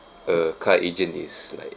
a car agent is like